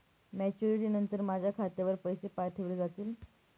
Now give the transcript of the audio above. Maturity नंतर माझ्या खात्यावर पैसे पाठविले जातील?